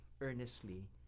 earnestly